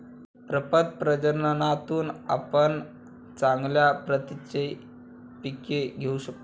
प्रपद प्रजननातून आपण चांगल्या प्रतीची पिके घेऊ शकतो